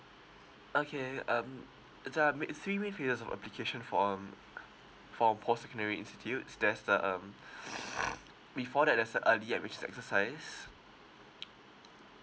okay um there are m~ three ways for you to submit your application form um for secondary institute there's the um before that there's early admissions exercise